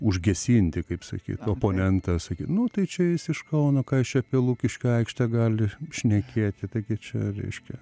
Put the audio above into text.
užgesinti kaip sakyt oponentą sakyt nu tai čia jis iš kauno ką jis čia apie lukiškių aikštę gali šnekėti taigi čia reiškia